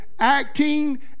acting